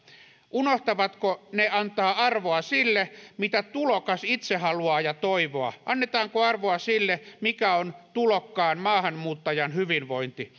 unohtavatko ne antaa arvoa sille mitä tulokas itse haluaa ja toivoo annetaanko arvoa sille mikä on tulokkaan maahanmuuttajan hyvinvointi